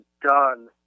done